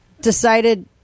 decided